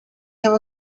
have